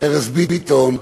ארז ביטון.